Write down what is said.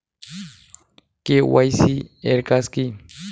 KYC এর কাজ কি?